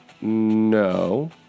No